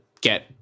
get